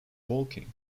walking